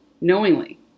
knowingly